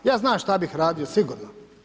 Ja znam šta bih radio sigurno.